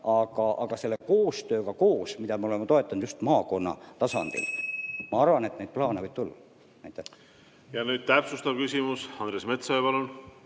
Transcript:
Aga selle koostööga koos, mida me oleme toetanud just maakonna tasandil, ma arvan, neid plaane võib tulla. Nüüd täpsustav küsimus. Andres Metsoja, palun!